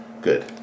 Good